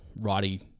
Roddy